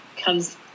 comes